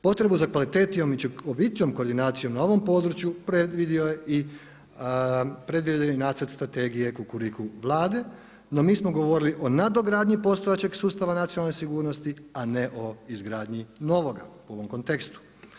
Potrebu za kvalitetnijom i učinkovitijom koordinacijom na ovom području predvidio je i nacrt strategije Kukuriku Vlade, no mi smo govorili o nadogradnji postojeće sustava nacionalne sigurnosti, a ne o izgradnji novoga u ovom kontekstu.